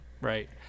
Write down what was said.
Right